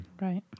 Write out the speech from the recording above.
Right